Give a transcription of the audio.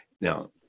Now